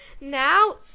now